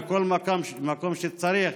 בכל מקום שצריך,